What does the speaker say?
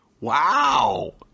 Wow